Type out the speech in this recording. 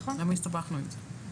למה הסתבכנו עם זה?